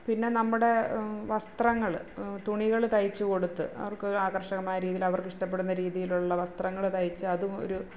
പിന്നെ നമ്മുടെ വസ്ത്രങ്ങൾ തുണികൾ തയ്ച്ചുകൊടുത്ത് അവര്ക്ക് ഒരു ആകര്ഷകമായ രീതിയില് അവര്ക്ക് ഇഷ്ടപ്പെടുന്ന രീതിയിലുള്ള വസ്ത്രങ്ങൾ തയ്ച്ച് അതും ഒരു